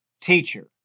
teacher